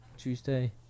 Tuesday